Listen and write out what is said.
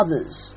others